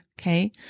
Okay